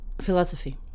philosophy